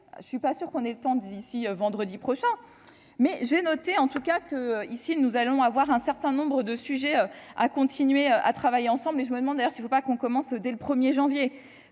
je ne suis pas sûr qu'on ait le temps d'ici vendredi prochain, mais j'ai noté en tout cas que ici, nous allons avoir un certain nombre de sujets à continuer à travailler ensemble, mais je me demande d'ailleurs s'il faut pas qu'on commence dès le 1er janvier